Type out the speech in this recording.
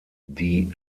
die